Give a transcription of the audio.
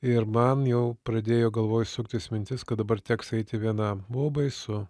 ir man jau pradėjo galvoj suktis mintis kad dabar teks eiti vienam buvo baisu